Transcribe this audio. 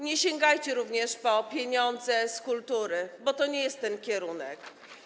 Nie sięgajcie również po pieniądze z obszaru kultury, bo to nie jest ten kierunek.